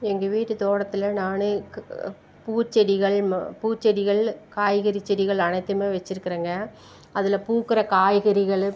எங்கள் வீட்டுத் தோட்டத்தில் நானே பூச்செடிகள் ம பூச்செடிகள் காய்கறி செடிகள் அனைத்துமே வச்சுருக்குறேங்க அதில் பூக்கிற காய்கறிகள்